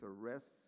arrests